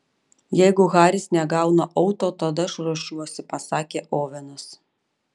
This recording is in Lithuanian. jeigu haris negauna auto tada aš ruošiuosi pasakė ovenas